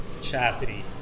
chastity